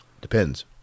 Depends